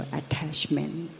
attachment